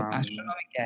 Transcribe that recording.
astronomy